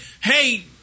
hey